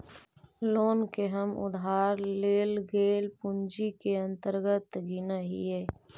loan के हम उधार लेल गेल पूंजी के अंतर्गत गिनऽ हियई